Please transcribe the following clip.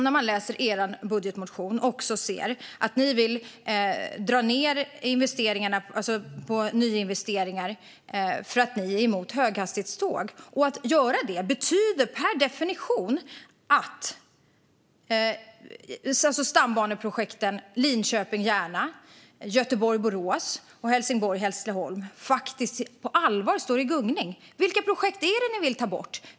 När man läser er budgetmotion ser man samtidigt att ni vill dra ned på nyinvesteringar för att ni är emot höghastighetståg. Att göra det betyder per definition att stambaneprojekten Linköping-Järna, Göteborg-Borås och Helsingborg-Hässleholm faktiskt på allvar är i gungning. Vilka projekt är det som ni vill ta bort?